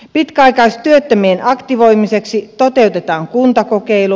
pitkäaikaistyöttömien aktivoimiseksi toteutetaan kuntakokeilu